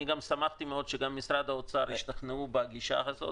אני גם שמחתי מאוד שמשרד האוצר השתכנעו בגישה הזאת.